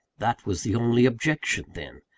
that was the only objection then!